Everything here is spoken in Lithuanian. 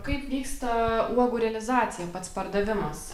kaip vyksta uogų realizacija pats pardavimas